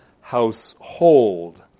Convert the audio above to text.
household